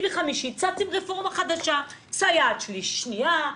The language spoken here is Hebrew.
וחמישי צץ עם רפורמה חדשה סייעת שנייה,